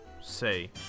Say